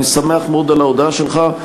אני שמח מאוד על ההודעה שלך,